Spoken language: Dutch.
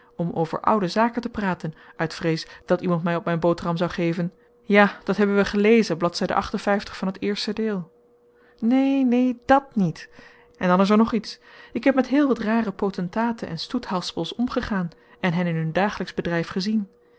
om over oude zaken te praten uit vrees dat iemand mij op mijn boterham zoû geven ja dat hebben wij gelezen bladz van het eerste deel neen neen dat niet en dan is er nog iets ik heb met heel wat rare potentaten en stoethaspels omgegaan en hen in hun dagelijks bedrijf gezien